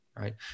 Right